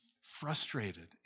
frustrated